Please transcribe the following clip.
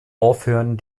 aufhören